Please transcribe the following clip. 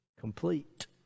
complete